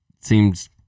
Seems